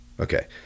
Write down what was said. Okay